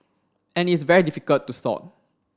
and it's very difficult to sort